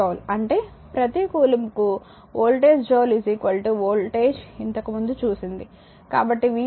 67 joule అంటే ప్రతి కూలుంబ్కు వోల్టేజ్ జూల్ వోల్టేజ్ ఇంతకు ముందు చూసింది కాబట్టి v 26